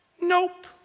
Nope